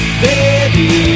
baby